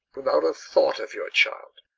without a thought of your child.